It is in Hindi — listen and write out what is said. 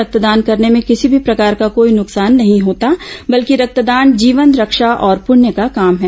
रक्तदान करने में किसी भी प्रकार का कोई नुकसान नहीं होता बल्कि रक्तदान जीवन रक्षा और पुण्य का काम है